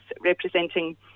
representing